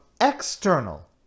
external